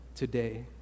today